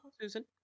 Susan